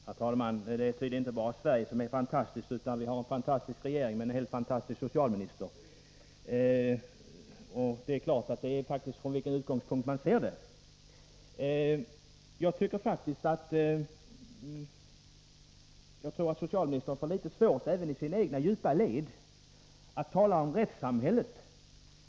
Herr talman! Det är tydligen inte bara Sverige som är fantastiskt, utan vi har en fantastisk regering med en helt fantastisk socialminister. Det är klart att allt beror på från vilken utgångspunkt man ser det, men jag tror faktiskt att socialministern får litet svårt — även i de egna djupa leden —- att här tala om rättssamhället.